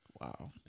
Wow